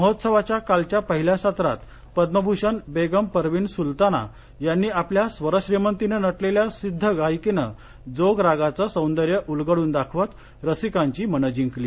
महोत्सवाच्या कालच्या पहिल्या सत्रात पदमभूषण बेगम परवीन सुलताना यांनी आपल्या स्वरश्रीमंतीनं नटलेल्या सिद्ध गायकीनं जोग रागाचं सौंदर्य उलगडून दाखवत रसिकांची मनं जिंकली